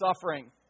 suffering